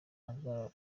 hazaba